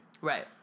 Right